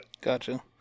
Gotcha